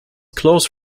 close